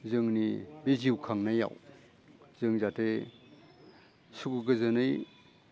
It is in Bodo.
जोंनि बे जिउ खांनायाव जों जाहाथे सुखु गोजोनै